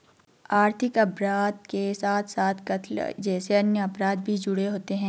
आर्थिक अपराध के साथ साथ कत्ल जैसे अन्य अपराध भी जुड़े होते हैं